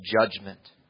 judgment